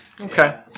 Okay